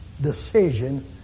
decision